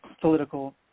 political